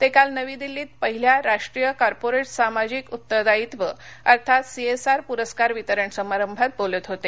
ते काल नवी दिल्लीत पहिल्या राष्ट्रीय कार्पोरेट सामाजिक उत्तदायीत्व अर्थात सी एस आर पुरस्कार वितरण समारंभात बोलत होते